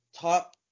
top